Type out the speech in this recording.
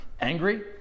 angry